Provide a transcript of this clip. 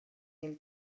mil